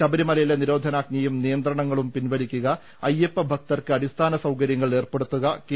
ശബരിമലയിലെ നിരോധനാജ്ഞയും നിയന്ത്രണങ്ങളും പിൻവലിക്കുക അയ്യപ്പഭക്തർക്ക് അടിസ്ഥാന സൌകര്യങ്ങൾ ഏർപ്പെടുത്തുക കെ